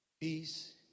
peace